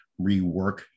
rework